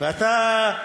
ואתה,